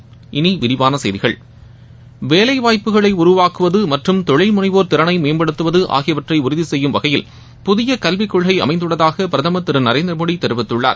இனி விரிவான செய்திகள் வேளை வாய்ப்புகளை உருவாக்குவது மற்றும் தொழில்முனைவோர் திறனை மேம்படுத்துவது ஆகியவற்றை உறுதி செய்யும் வகையில் புதிய கல்விக் கொள்கை அமைந்துள்ளதாக பிரதமர் திரு நரேந்திர மோடி தெரிவித்துள்ளார்